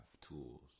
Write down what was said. tools